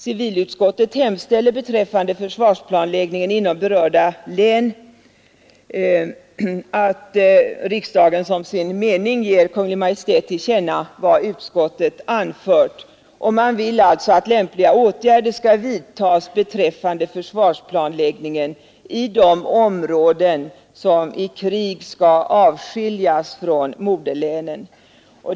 Civilutskottet hemställer beträffande försvarsplanläggningen inom berörda län att riksdagen som sin mening ger Kungl. Maj:t till känna vad utskottet anfört. Utskottet vill alltså att lämpliga åtgärder skall vidtagas beträffande försvarsplanläggningen i de områden som i krig skall avskiljas från moderlänen.